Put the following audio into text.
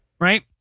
Right